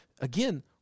again